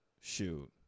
Shoot